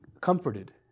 comforted